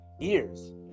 ears